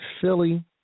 Philly